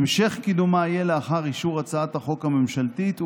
המשך קידומה יהיה לאחר אישור הצעת החוק הממשלתית,